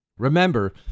Remember